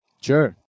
sure